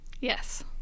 Yes